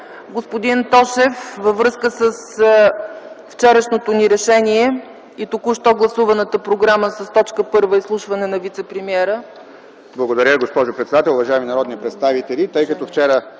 господин Тошев, във връзка с вчерашното ни решение и току-що гласуваната програма с т. 1 – изслушване на вицепремиера. ЛЪЧЕЗАР ТОШЕВ (СК): Благодаря, госпожо председател. Уважаеми народни представители, тъй като до вчера